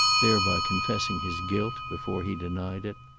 thereby confessing his guilt before he denied it.